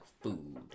food